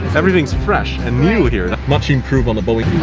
everything's fresh and new here. much improved on the boeing.